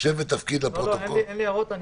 לי הערות.